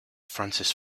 francis